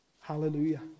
hallelujah